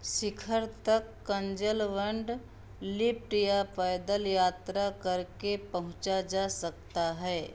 शिखर तक कन्ज़ेलवंड लिफ्ट या पैदल यात्रा करके पहुँचा जा सकता है